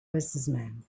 businessmen